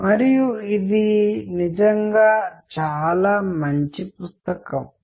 మరియు అనుసరించాల్సిన టాక్ మళ్లీ కమ్యూనికేషన్ గురించి